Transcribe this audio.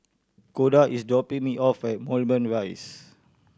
Koda is dropping me off at Moulmein Rise